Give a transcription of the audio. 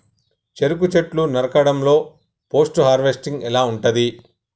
చెరుకు చెట్లు నరకడం లో పోస్ట్ హార్వెస్టింగ్ ఎలా ఉంటది?